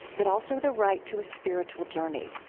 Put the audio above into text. but also the right to a spiritual journey.